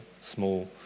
small